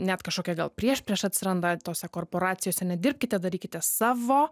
net kažkokia gal priešprieša atsiranda tose korporacijose nedirbkite darykite savo